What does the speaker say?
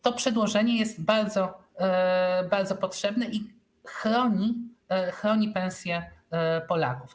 To przedłożenie jest bardzo, bardzo potrzebne i chroni pensje Polaków.